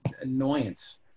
annoyance